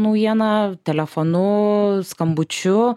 naujieną telefonu skambučiu